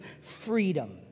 freedom